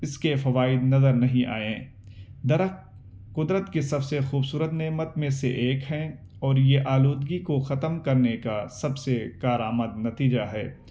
اس کے فوائد نظر نہیں آئے درخت قدرت کے سب سے خوبصورت نعمت میں سے ایک ہے اور یہ آلودگی کو ختم کرنے کا سب سے کارآمد نتیجہ ہے